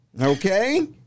okay